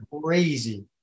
crazy